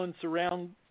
Surround